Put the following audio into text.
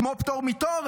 כמו פטור מתור,